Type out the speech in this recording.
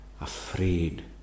Afraid